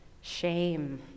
shame